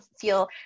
feel